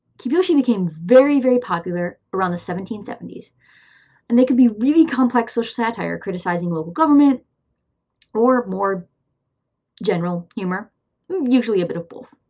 kibyoushi became very, very popular around the seventeen seventy s and they could be really complex social satire, criticizing local government or more general humor usually a bit of both.